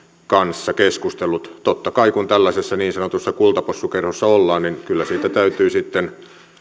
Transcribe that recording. kanssa keskustellut totta kai kun tällaisessa niin sanotussa kultapossukerhossa ollaan kyllä siitä täytyy sitten